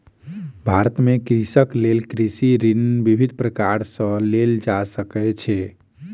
भारत में कृषकक लेल कृषि ऋण विभिन्न प्रकार सॅ लेल जा सकै छै